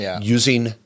using